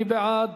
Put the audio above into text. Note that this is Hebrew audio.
מי בעד?